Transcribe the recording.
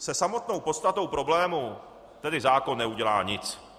Se samotnou podstatou problému tedy zákon neudělá nic.